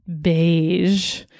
beige